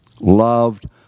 loved